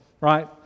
right